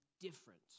different